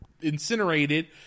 incinerated